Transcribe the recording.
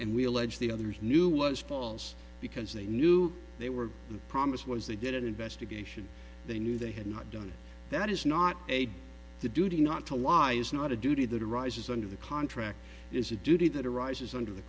and we allege the others knew was false because they knew they were the promise was they did an investigation they knew they had not done that is not a the duty not to lie is not a duty that arises under the contract is a duty that arises under the